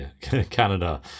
Canada